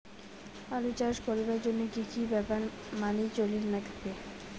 আলু চাষ করিবার জইন্যে কি কি ব্যাপার মানি চলির লাগবে?